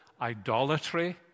idolatry